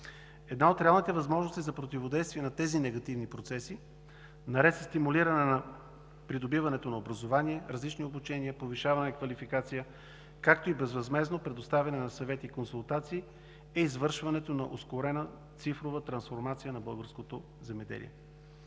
Една от реалните възможности за противодействие на тези негативни процеси наред със стимулиране на придобиването на образование, различни обучения, повишаване квалификация, както и безвъзмездно предоставяне на съвети и консултации е извършването на ускорена цифрова трансформация на българското земеделие.